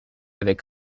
avec